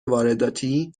وارداتی